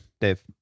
dave